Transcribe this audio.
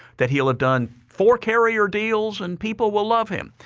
that he will have done four carrier deals and people will love him,